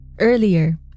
Earlier